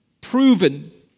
proven